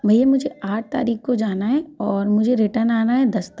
भैया मुझे आठ तारीख को जाना है और मुझे रिटर्न आना है दस तक